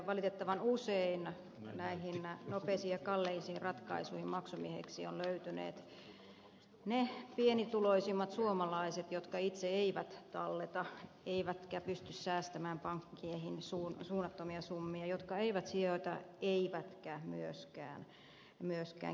valitettavan usein näihin nopeisiin ja kalliisiin ratkaisuihin maksumiehiksi ovat löytyneet ne pienituloisimmat suomalaiset jotka itse eivät talleta eivätkä pysty säästämään pankkeihin suunnattomia summia jotka eivät sijoita eivätkä myöskään keinottele